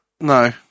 No